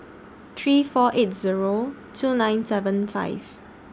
three four eight Zero two nine seven five